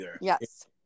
yes